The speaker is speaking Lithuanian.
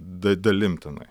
da dalim tenai